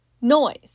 noise